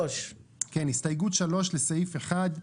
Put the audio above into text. הסתייגות שלישית לסעיף 1,